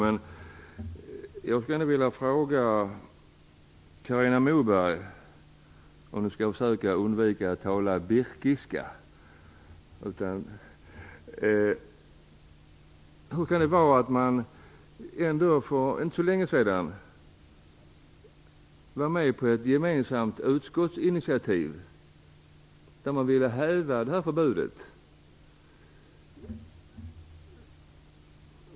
Men jag skulle vilja fråga Carina Moberg hur det kan komma sig att ni för inte så länge sedan var med på ett gemensamt utskottsinitiativ där man ville häva det här förbudet.